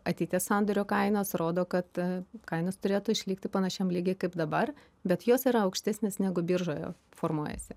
ateities sandorio kainos rodo kad kainos turėtų išlikti panašiam lygyje kaip dabar bet jos yra aukštesnės negu biržoje formuojasi